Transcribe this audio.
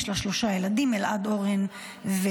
יש לה שלושה ילדים, אלעד, אורן ויעל.